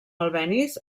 albéniz